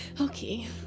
Okay